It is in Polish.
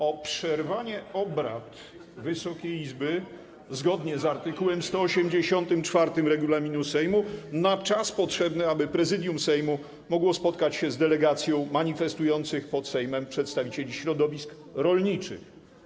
o przerwanie obrad Wysokiej Izby zgodnie z art. 184 regulaminu Sejmu na czas potrzebny, aby Prezydium Sejmu mogło spotkać się z delegacją manifestujących pod Sejmem przedstawicieli środowisk rolniczych.